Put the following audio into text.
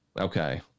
Okay